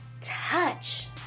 touch